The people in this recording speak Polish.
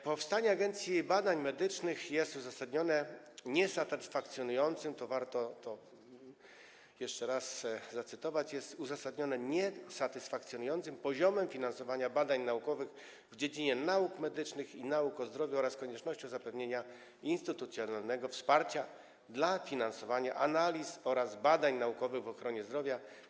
Powstanie Agencji Badań Medycznych jest uzasadnione niesatysfakcjonującym - warto to jeszcze raz zacytować: jest uzasadnione niesatysfakcjonującym - poziomem finansowania badań naukowych w dziedzinie nauk medycznych i nauk o zdrowiu oraz koniecznością zapewnienia instytucjonalnego wsparcia dla finansowania analiz oraz badań naukowych w ochronie zdrowia.